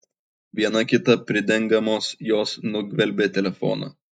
viena kitą pridengdamos jos nugvelbė telefoną